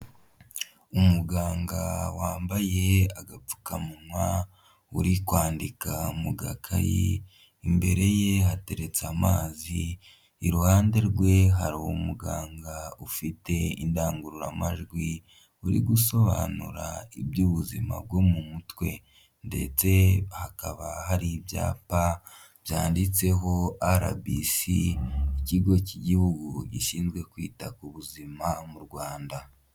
Umuganga wambaye agapfukamunwa uri kwandika mu gakayi, imbere ye hateretse amazi iruhande rwe hari umuganga ufite indangururamajwi, uri gusobanura iby'ubuzima bwo mu mutwe, ndetse hakaba hari ibyapa byanditseho arabisi, ikigo cy'igihugu gishinzwe kwita ku buzima mu Rwanda.